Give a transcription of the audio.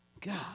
God